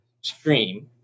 stream